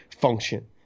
function